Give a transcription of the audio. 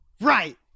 Right